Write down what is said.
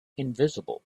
invisible